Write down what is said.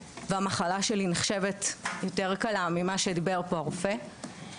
והמחלה שלי נחשבת יותר קלה לעומת מה דבריו של הרופא פה.